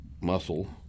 Muscle